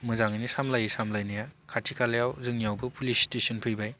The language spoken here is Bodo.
मोजाङैनो सामलायो सामलायनाया खाथि खालायाव जोंनियावबो पुलिस स्टेसन फैबाय